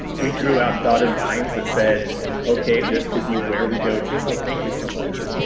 we drew out dotted lines have said okay this could be where we go to. oh, thank you so much!